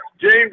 James